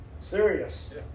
Serious